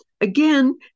Again